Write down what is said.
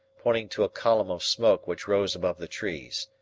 pointing to a column of smoke which rose above the trees.